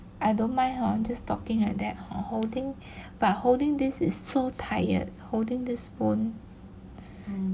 I don't mind hor just talking like that hor holding but holding this is so tired holding this phone